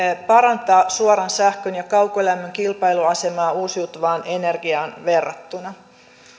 parantaa suoran sähkön ja kaukolämmön kilpailuasemaa uusiutuvaan energiaan verrattuna